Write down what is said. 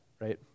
right